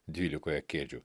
dvylikoje kėdžių